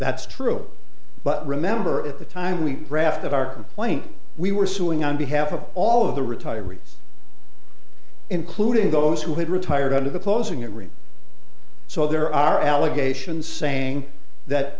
that's true but remember at the time we drafted our complaint we were suing on behalf of all of the retirees including those who had retired to the closing that route so there are allegations saying that